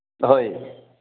ꯑꯍꯣꯏ